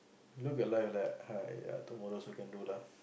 look at life like !aiya! tomorrow also can do lah